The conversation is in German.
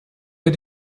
der